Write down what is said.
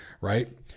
right